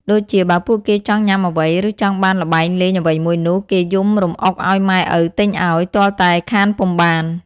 ដូចជាបើពួកគេចង់ញ៉ាំអ្វី ឬចង់បានល្បែងលេងអ្វីមួយនោះ តែងយំរំអុកឲ្យម៉ែឪទិញឲ្យ ទាល់តែខានពុំបាន។